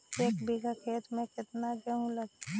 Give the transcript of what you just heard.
एक बिघा खेत में केतना गेहूं लगतै?